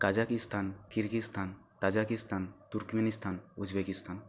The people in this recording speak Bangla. Kazakhstan Kyrgyzstan Tajikistan Turkmenistan Uzbekistan